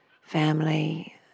family